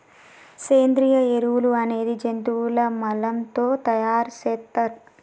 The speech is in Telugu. సేంద్రియ ఎరువులు అనేది జంతువుల మలం తో తయార్ సేత్తర్